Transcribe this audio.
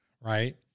right